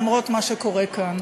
למרות מה שקורה כאן.